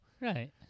Right